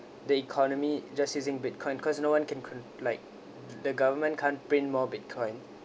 the economy just using bitcoin because no one can can like the government can't print more bitcoin